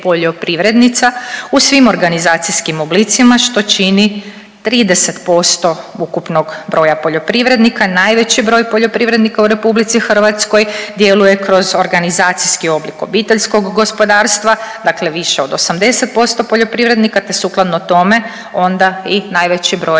poljoprivrednica u svim organizacijskim oblicima što čini 30% ukupnog broja poljoprivrednika. Najveći broj poljoprivrednika u RH djeluje kroz organizacijski oblik obiteljskog gospodarstva, dakle više od 80% poljoprivrednika te sukladno tome onda i najveći broj